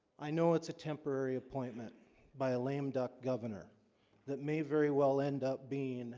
i know it's a temporary appointment by a lame-duck governor that may very well end up being